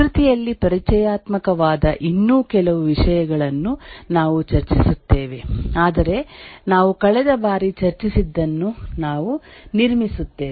ಪ್ರಕೃತಿಯಲ್ಲಿ ಪರಿಚಯಾತ್ಮಕವಾದ ಇನ್ನೂ ಕೆಲವು ವಿಷಯಗಳನ್ನು ನಾವು ಚರ್ಚಿಸುತ್ತೇವೆ ಆದರೆ ನಾವು ಕಳೆದ ಬಾರಿ ಚರ್ಚಿಸಿದ್ದನ್ನು ನಾವು ನಿರ್ಮಿಸುತ್ತೇವೆ